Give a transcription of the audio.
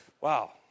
Wow